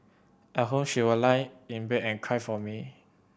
at home she would lie in bed and cry for me